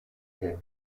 der